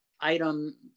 item